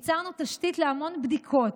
ייצרנו תשתית להמון בדיקות,